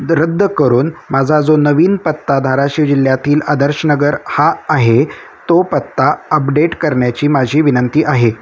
रद्द करून माझा जो नवीन पत्ता धाराशिव जिल्ह्यातील आदर्शनगर हा आहे तो पत्ता अपडेट करण्याची माझी विनंती आहे